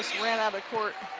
ran out of court.